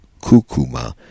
Kukuma